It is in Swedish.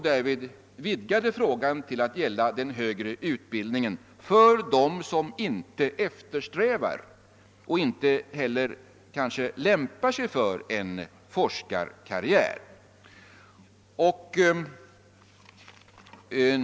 Därvid vidgades frågan till att gälla den högre utbildningen för dem som inte eftersträvar, och kanske inte heller lämpar sig för, en forskarkarriär.